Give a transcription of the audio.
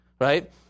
Right